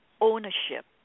ownership